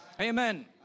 Amen